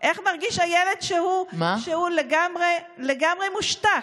איך מרגיש הילד כשהוא לגמרי מושתק?